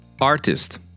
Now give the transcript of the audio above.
artist